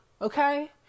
Okay